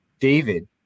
David